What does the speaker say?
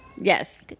Yes